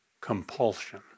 compulsion